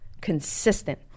consistent